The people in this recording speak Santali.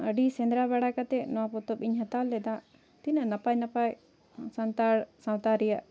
ᱟᱹᱰᱤ ᱥᱮᱸᱫᱽᱨᱟ ᱵᱟᱲᱟ ᱠᱟᱛᱮᱫ ᱱᱚᱣᱟ ᱯᱚᱛᱚᱵ ᱤᱧ ᱦᱟᱛᱟᱣ ᱞᱮᱫᱟ ᱛᱤᱱᱟᱹᱜ ᱱᱟᱯᱟᱭ ᱱᱟᱯᱟᱭ ᱥᱟᱱᱛᱟᱲ ᱥᱟᱶᱛᱟ ᱨᱮᱭᱟᱜ